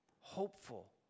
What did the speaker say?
hopeful